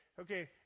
okay